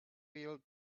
real